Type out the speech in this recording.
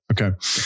Okay